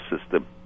system